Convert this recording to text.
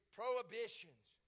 prohibitions